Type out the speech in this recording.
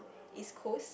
East-Coast